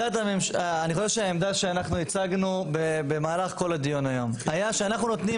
אני חושב שהעמדה שאנחנו הצגנו במהלך כל הדיון היום היה שאנחנו נותנים